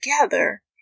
together